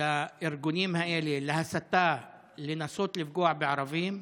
לארגונים האלה, להסתה, לניסיון לפגוע בערבים,